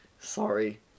sorry